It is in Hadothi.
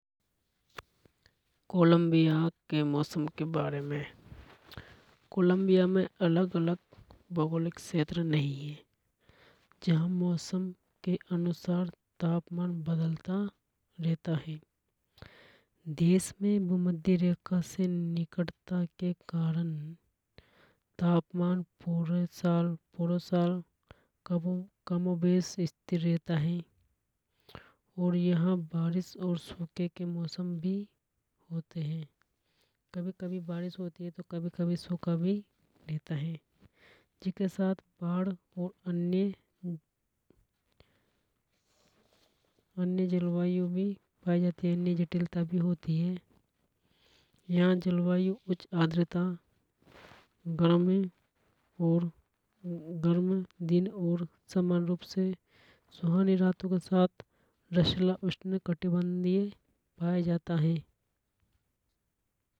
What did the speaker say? कोलंबिया देश के मौसम के बारे में कोलंबिया में अलग अलग भौगोलिक क्षेत्र नहीं है। जहां मौसम के अनुसार तापमान बदलता रहता है। देश में भूमध्य रेखा के निकटता के कारण तापमान पुरो साल स्थिर रहता है। और यहां बारिश और सूखे के मौसम भी होते है। कभी कभी बारिश होती हे तो कभी कभी सूखा भी रहता है। जीके साथ पहाड़ और अन्य अन्य जलवायु भी पाई जाती है। अन्य जटिलता भी होती है। यहां जलवायु उच्च आद्रता गर्म और गर्म दिन और सुहानी रातों के साथ उष्णकटिबन्धीय पाया जाता है।